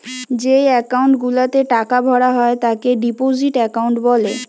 যেই একাউন্ট গুলাতে টাকা ভরা হয় তাকে ডিপোজিট একাউন্ট বলে